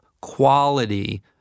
quality